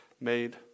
made